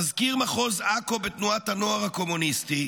מזכיר מחוז עכו בתנועת הנוער הקומוניסטי,